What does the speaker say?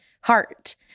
heart